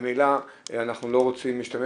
ממילא אנחנו לא רוצים להשתמש.